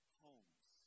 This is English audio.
homes